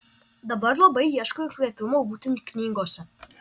dabar labai ieškau įkvėpimo būtent knygose